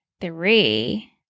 three